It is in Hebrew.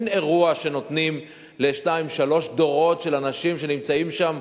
אין אירוע שנותנים לשניים-שלושה דורות של אנשים שנמצאים שם,